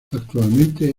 actualmente